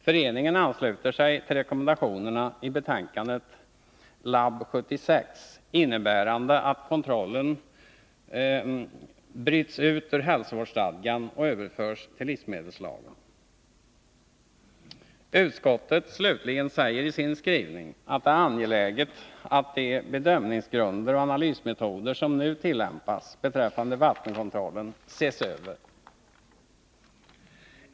Föreningen ansluter sig till rekommendationerna i betänkandet LAB 76, innebärande att kontrollen bryts ut ur hälsovårdsstadgan och överförs till livsmedelslagen. Utskottet slutligen säger i sin skrivning att det är angeläget att de bedömningsgrunder och analysmetoder som nu tillämpas beträffande vattenkontrollen ses över.